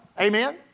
Amen